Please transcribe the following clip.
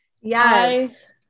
Yes